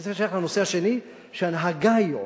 וזה שייך לנושא השני, שההנהגה היום